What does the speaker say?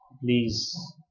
please